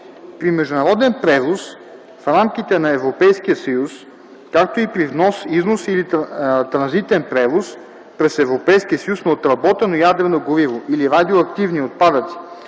При международен превоз в рамките на Европейския съюз, както и при внос, износ или транзитен превоз през Европейския съюз на отработено ядрено гориво или радиоактивни отпадъци